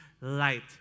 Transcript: light